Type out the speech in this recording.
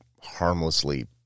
harmlessly